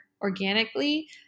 organically